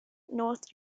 north